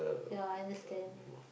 ya I understand